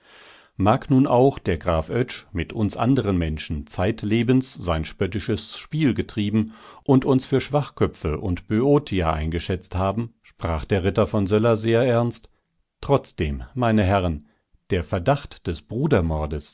mag nun auch der graf oetsch mit uns anderen menschen zeitlebens sein spöttisches spiel getrieben und uns für schwachköpfe und böotier eingeschätzt haben sprach der ritter von söller sehr ernst trotzdem meine herren der verdacht des brudermordes